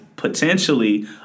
Potentially